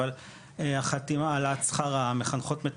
אבל החתימה על העלאת שכר המחנכות-מטפלות